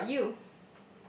how about you